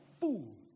fool